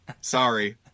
Sorry